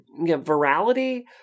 virality